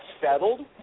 settled